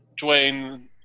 Dwayne